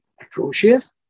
atrocious